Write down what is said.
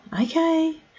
Okay